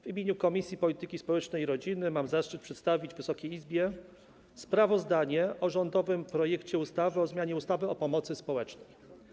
W imieniu Komisji Polityki Społecznej i Rodziny mam zaszczyt przedstawić Wysokiej Izbie sprawozdanie o rządowym projekcie ustawy o zmianie ustawy o pomocy społecznej.